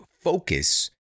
focus